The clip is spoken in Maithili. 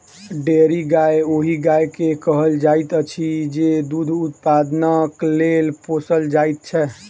डेयरी गाय ओहि गाय के कहल जाइत अछि जे दूध उत्पादनक लेल पोसल जाइत छै